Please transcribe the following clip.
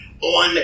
on